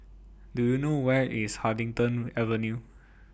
Do YOU know Where IS Huddington Avenue